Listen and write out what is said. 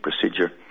procedure